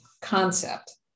concept